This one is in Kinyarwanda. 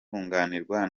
yunganiwe